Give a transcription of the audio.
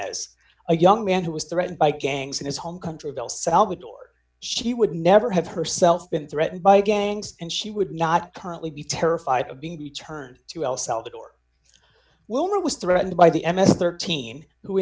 of a young man who was threatened by gangs in his home country of el salvador she would never have herself been threatened by gangs and she would not currently be terrified of being returned to el salvador wilner was threatened by the m s thirteen who